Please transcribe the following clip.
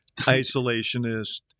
isolationist